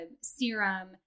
serum